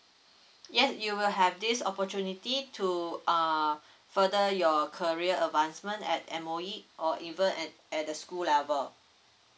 yes you will have this opportunity to uh further your career advancement at M_O_E or even at at the school level